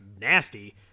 nasty